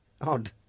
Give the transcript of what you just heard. Odd